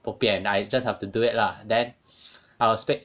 bobian I just have to do it lah then I'll speak